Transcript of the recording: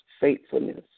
faithfulness